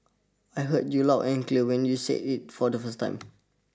I heard you loud and clear when you said it for the first time